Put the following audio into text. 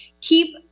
keep